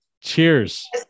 cheers